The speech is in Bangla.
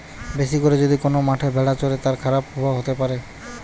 বেশি করে যদি কোন মাঠে ভেড়া চরে, তার খারাপ প্রভাব হতে পারে